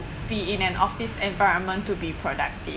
be in an office environment to be productive